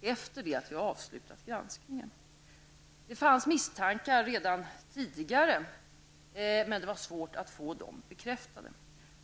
efter det att vi avslutat granskningen, har dock den här frågan börjat klarna litet grand. Det fanns misstankar redan tidigare, men det var svårt att få dem bekräftade.